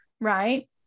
right